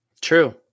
True